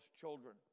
children